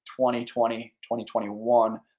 2020-2021